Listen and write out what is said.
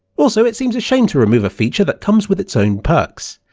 also, it seems a shame to remove a feature that comes with its own perks.